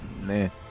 man